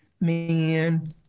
Man